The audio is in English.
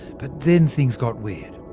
but then things got weird.